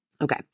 Okay